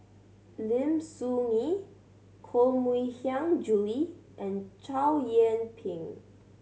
Lim Soo Ngee Koh Mui Hiang Julie and Chow Yian Ping